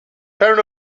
turn